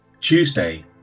Tuesday